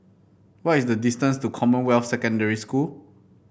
what is the distance to Commonwealth Secondary School